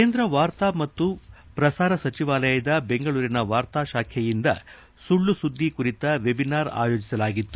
ಕೇಂದ್ರ ವಾರ್ತಾ ಮತ್ತು ಪ್ರಸಾರ ಸಚಿವಾಲಯದ ಬೆಂಗಳೂರಿನ ವಾರ್ತಾ ಶಾಖೆಯಿಂದ ಸುಳ್ಳು ಸುದ್ದಿ ಕುರಿತ ವೆಬಿನಾರ್ ಆಯೋಜಿಸಲಾಗಿತ್ತು